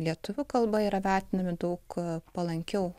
lietuvių kalba yra vertinami daug palankiau